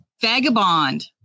Vagabond